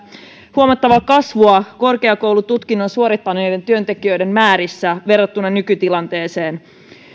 huomattavaa kasvua korkeakoulututkinnon suorittaneiden työntekijöiden määrissä verrattuna nykytilanteeseen